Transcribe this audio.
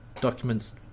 documents